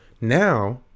Now